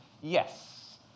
Yes